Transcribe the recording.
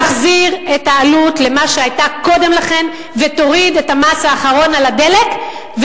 תחזיר את העלות למה שהיתה קודם לכן ותוריד את המס האחרון על הדלק,